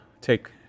take